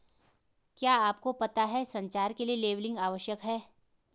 क्या आपको पता है संचार के लिए लेबलिंग आवश्यक है?